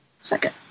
Second